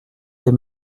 tes